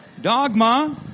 Dogma